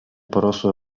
porosłe